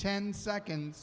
ten seconds